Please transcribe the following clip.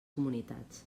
comunitats